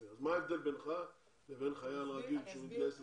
אז מה ההבדל בינך לבין חייל רגיל שמתגייס לצבא?